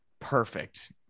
perfect